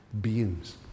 beings